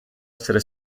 essere